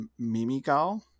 mimigal